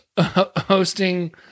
Hosting